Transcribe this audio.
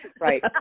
right